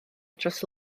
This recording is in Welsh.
dros